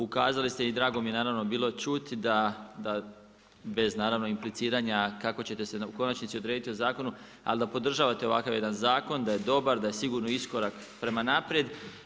Ukazali ste i drago mi je naravno bilo čuti da, bez naravno impliciranja, kako ćete se konačnici odrediti u zakonu, ali da podržavate ovakav jedan zakon, da je dobar, da je sigurno iskorak prema naprijed.